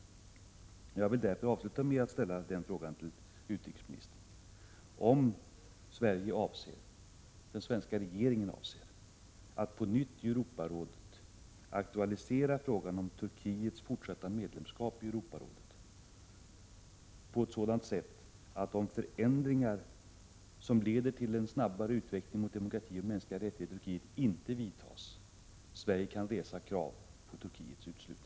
Jag vill därför avsluta med att ställa denna fråga till utrikesministern: Avser den svenska regeringen att på nytt i Europarådet aktualisera frågan om Turkiets medlemskap i Europarådet, om förändringar som leder till demokrati och mänskliga rättigheter i Turkiet inte skyndsamt vidtas?